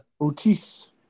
Otis